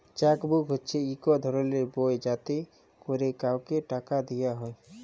cheque book হছে ইক ধরলের বই যাতে ক্যরে কাউকে টাকা দিয়া হ্যয়